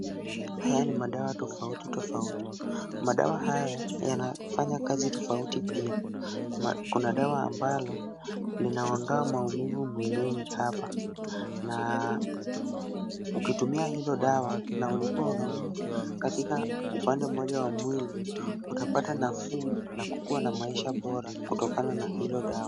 Haya ni madawa tofauti tofauti. Madawa haya yanafanya kazi tofauti pia. Kuna dawa ambalo linaondoa maumivu mwilini hapa na ukitumia hilo dawa na ulikuwa unaumwa, katika upande mmoja wa mwili utapata nafuu na kukuwa na maisha bora, kutokana na hilo dawa.